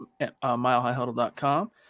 milehighhuddle.com